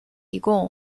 提供